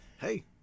Hey